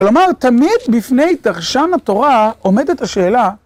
כלומר תמיד בפני דרשן התורה עומדת השאלה.